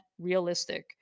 realistic